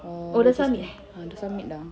ah ah dah submit dah